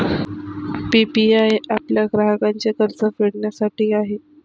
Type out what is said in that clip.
PPI आपल्या ग्राहकांचे कर्ज फेडण्यासाठी आहे